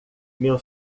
meu